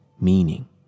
meaning